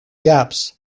gaps